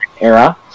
era